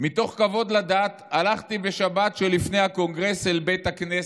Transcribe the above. "מתוך כבוד לדת הלכתי בשבת שלפני הקונגרס אל בית הכנסת.